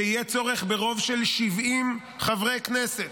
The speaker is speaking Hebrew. שיהיה צורך ברוב של 70 חברי כנסת.